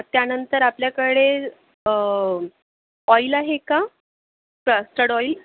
त्यानंतर आपल्याकडे ऑईल आहे का कस्टर्ड ऑईल